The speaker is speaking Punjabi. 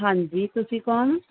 ਹਾਂਜੀ ਤੁਸੀਂ ਕੌਣ